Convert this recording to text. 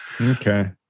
Okay